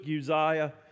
Uzziah